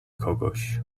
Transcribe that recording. kogoś